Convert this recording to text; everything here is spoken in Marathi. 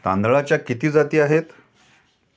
तांदळाच्या किती जाती आहेत?